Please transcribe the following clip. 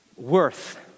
worth